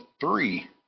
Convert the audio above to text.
three